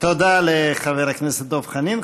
תודה לחבר הכנסת דב חנין.